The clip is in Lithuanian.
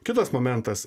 kitas momentas